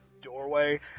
doorway